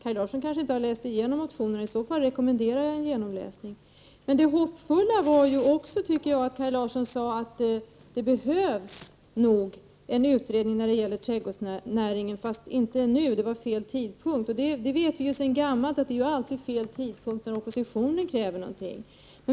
Kaj Larsson har kanske inte läst igenom motionerna; i så fall rekommenderar jag en genomläsning. Men det hoppfulla var, tycker jag, att Kaj Larsson sade att det nog behövs en utredning när det gäller trädgårdsnäringen, fast inte nu — det var fel tidpunkt. Vi vet sedan gammalt att det alltid är fel tidpunkt, när oppositionen kräver någonting.